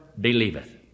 believeth